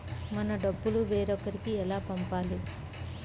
మన డబ్బులు వేరొకరికి ఎలా పంపాలి?